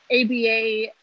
ABA